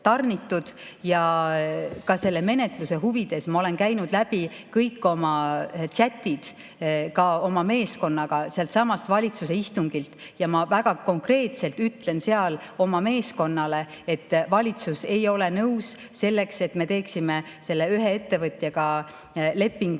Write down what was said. Ka selle menetluse huvides ma olen käinud läbi kõik omachat'id oma meeskonnaga sealtsamast valitsuse istungilt ja ma väga konkreetselt ütlesin seal oma meeskonnale, et valitsus ei ole nõus, et me teeksime selle ühe ettevõtjaga lepingu